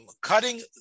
cutting